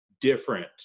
different